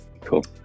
cool